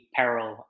peril